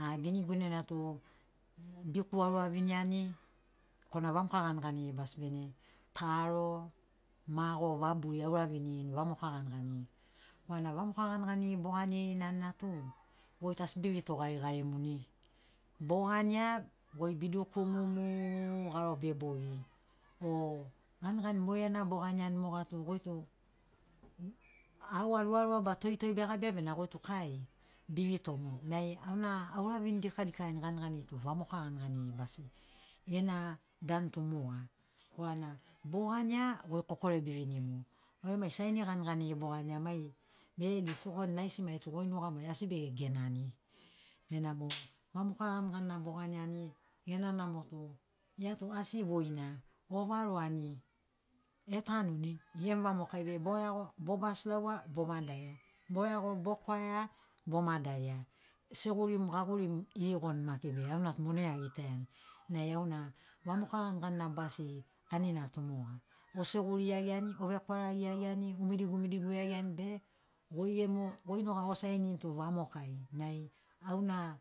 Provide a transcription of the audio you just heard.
a giniguinena tu biku auraviniani korana vamoka ganiganiri basi bene taro mago vaburi aura vinirini vamoka ganiganiri korana vamoka ganiganirini boganirini anina tu goi tu asi bevito garigarimuni bogania goi be dukumuni mu garo bebogi o ganigani moirana boganiani moga tu goi tu aua ruarua ba toitoi begabia be goi tu kai bevitomu nai auna aura vini dikadikaiani ganigani tu vamoka ganiganiri basi gena danu tu moga korana bogania goi kokore bevinimu oi mai saini ganiganiri bogania mai beredi sikoni laisi mai geri goi nugamu ai tu asi bege genani benamo vamoka ganiganina boganiani ena namo tu ia tu asi voina ovaroani etanuni gemu vamokai be boeago bobasi laua bo vagaia boeago bokwaia boma daria segurimu gagurimu erigoni maki be auna tu monai agitaiani nai auna vamoka ganiganina basi anina tu moga o seguri iagiani ovekwaragi iagiani omidigumidigu iagiani be goi gemu goi noga mo osaini vamokai nai auna.